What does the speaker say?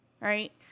Right